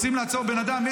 רוצים לעצור בן אדם?